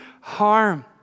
harm